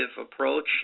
approach